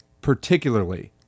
particularly